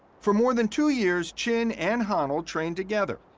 for more than two years, chin and honnold trained together,